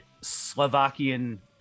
Slovakian